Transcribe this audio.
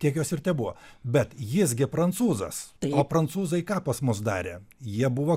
tiek jos ir tebuvo bet jis gi prancūzas o prancūzai ką pas mus darė jie buvo